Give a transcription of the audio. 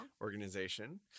organization